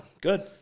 Good